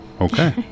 Okay